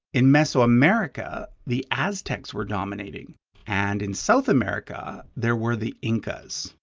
in mesoamerica, the aztecs were dominating and in south america, there were the incas.